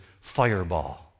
fireball